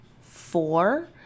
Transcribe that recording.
four